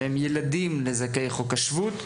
שהם ילדים לזכאי חוק השבות,